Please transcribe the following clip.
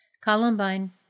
Columbine